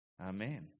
Amen